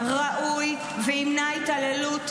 תעברי לפה.